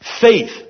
faith